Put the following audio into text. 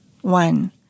One